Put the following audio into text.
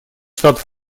штатов